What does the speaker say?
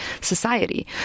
Society